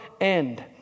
end